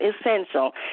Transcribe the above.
essential